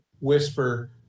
whisper